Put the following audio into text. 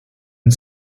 and